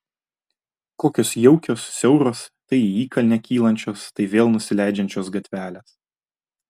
kokios jaukios siauros tai į įkalnę kylančios tai vėl nusileidžiančios gatvelės